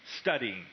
studying